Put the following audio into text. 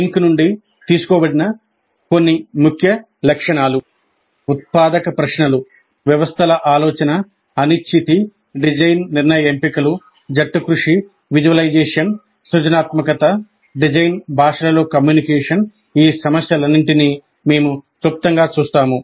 htm నుండి తీసుకోబడిన కొన్ని ముఖ్య లక్షణాలు ఉత్పాదక ప్రశ్నలు వ్యవస్థల ఆలోచన అనిశ్చితి డిజైన్ నిర్ణయ ఎంపికలు జట్టుకృషి విజువలైజేషన్ సృజనాత్మకత డిజైన్ భాషలలో కమ్యూనికేషన్ ఈ సమస్యలన్నింటినీ మేము క్లుప్తంగా చూస్తాము